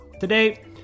Today